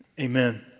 amen